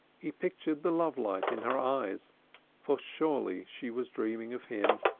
he pictured the love-light in her eyes for surely she was dreaming of him,